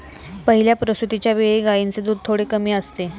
पहिल्या प्रसूतिच्या वेळी गायींचे दूध थोडे कमी असते